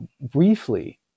briefly